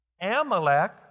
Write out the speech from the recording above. Amalek